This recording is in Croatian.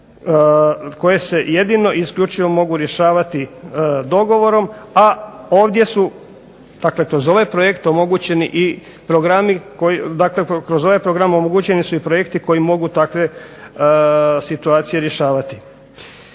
koje se jedino i isključivo mogu rješavati dogovorom, ali kroz ove program omogućeni su i projekti koji mogu takve situacije rješavati.